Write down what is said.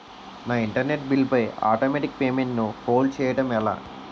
నా internet bill పై automatic payment ను హోల్డ్ చేయటం ఎలా?